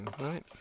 right